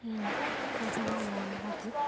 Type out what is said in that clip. ᱤᱧ ᱠᱷᱟᱡᱽᱱᱟ ᱧᱟᱢ ᱞᱟᱹᱜᱤᱫ ᱛᱮ